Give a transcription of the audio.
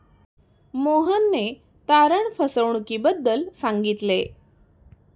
मोहनने तारण फसवणुकीबद्दल सांगितले